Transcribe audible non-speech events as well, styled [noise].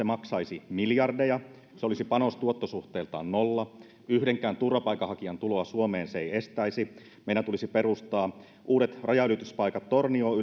[unintelligible] maksaisi miljardeja se olisi panos tuotto suhteeltaan nolla yhdenkään turvapaikanhakijan tuloa suomeen se ei estäisi meidän tulisi perustaa uudet rajanylityspaikat tornioon [unintelligible]